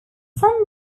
some